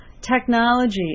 technology